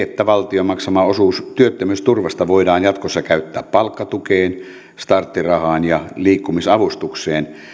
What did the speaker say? että valtion maksama osuus työttömyysturvasta voidaan jatkossa käyttää palkkatukeen starttirahaan ja liikkumisavustukseen